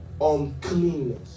uncleanness